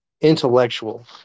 intellectual